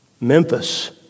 memphis